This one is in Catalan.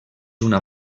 una